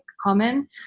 common